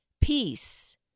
Peace